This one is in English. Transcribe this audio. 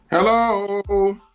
Hello